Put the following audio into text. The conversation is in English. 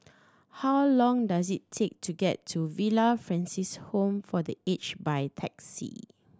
how long does it take to get to Villa Francis Home for The Aged by taxi